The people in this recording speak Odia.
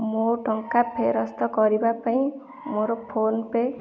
ମୋ ଟଙ୍କା ଫେରସ୍ତ କରିବା ପାଇଁ ମୋର ଫୋନ୍ପେ